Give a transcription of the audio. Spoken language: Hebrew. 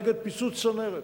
נגד פיצוץ צנרת.